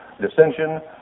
dissension